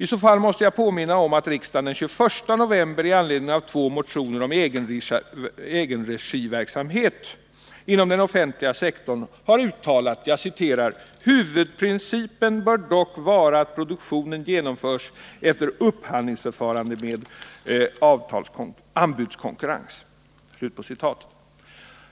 I så fall måste jag påminna om att riksdagen den 21 november i anledning av två motioner om egenregiverksamhet inom den offentliga sektorn har uttalat: ”Huvudprincipen bör dock vara att produktionen genomförs efter ett upphandlingsförfarande med anbudskonkurrens.”